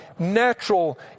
natural